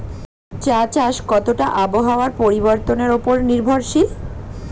চা চাষ কতটা আবহাওয়ার পরিবর্তন উপর নির্ভরশীল?